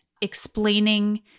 explaining